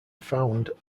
found